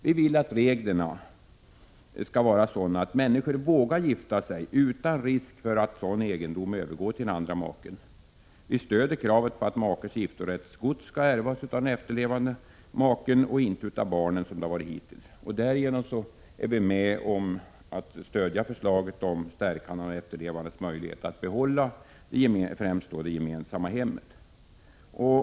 Vi vill att reglerna skall vara sådana att människor vågar gifta sig utan risk för att sådan egendom övergår till den andra maken. Vi stöder kravet på att makes giftorättsgods skall ärvas av den efterlevande maken och inte av barnen, som det har varit hittills. Därigenom är vi med om att stödja förslaget om styrkande av den efterlevandes möjligheter att behålla främst det gemensamma hemmet.